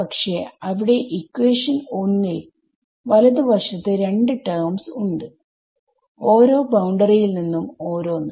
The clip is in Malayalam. പക്ഷെ അവിടെ ഇക്വാഷൻഒന്നിൽ വലത് വശത്തു രണ്ട് ടെർമ് സ് ഉണ്ട് ഓരോ ബൌണ്ടറി യിൽ നിന്നും ഓരോന്ന്